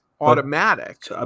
automatic